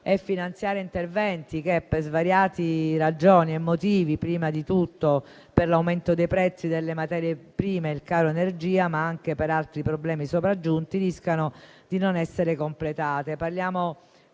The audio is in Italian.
il finanziamento di interventi che, per svariate ragioni e motivi - prima di tutto per l'aumento dei prezzi delle materie prime e il caro energia, ma anche per altri problemi sopraggiunti - rischiano di non essere completati.